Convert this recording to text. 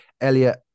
Elliot